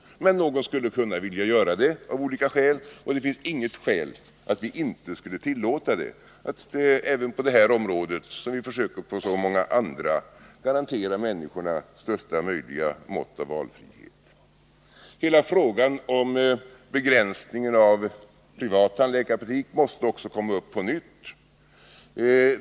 Men någon skulle kunna vilja göra det, och det finns inget skäl att inte tillåta det. Det finns inget skäl att inte även på det här området som på så många andra försöka garantera människorna största möjliga mått av valfrihet. Hela frågan om begränsningen av privat tandläkarpraktik måste också komma upp på nytt.